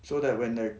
so that when the